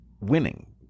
winning